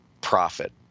profit